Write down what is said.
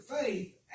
faith